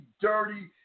dirty